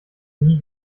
nie